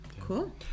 Cool